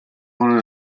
one